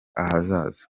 ahazaza